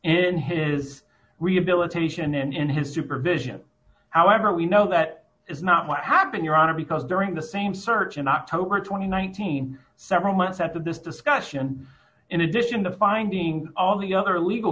in his rehabilitation and his supervision however we know that is not what happened your honor because during the same search in october th seen several months after this discussion in addition to finding all the other legal